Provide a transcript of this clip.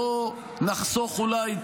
בוא נחסוך אולי,